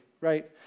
right